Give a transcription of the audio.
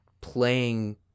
playing